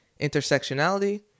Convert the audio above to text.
intersectionality